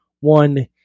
one